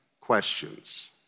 questions